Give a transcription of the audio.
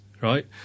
right